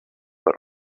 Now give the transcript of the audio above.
but